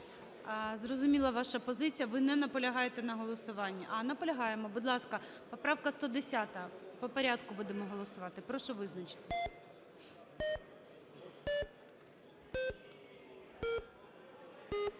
Зрозуміла ваша позиція. Ви не наполягаєте на голосуванні? А, наполягаєте. Будь ласка, поправка 110-а, по-порядку будемо голосувати. Прошу визначитися.